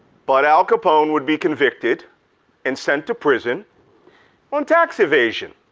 but al capone would be convicted and sent to prison on tax evasion,